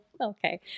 Okay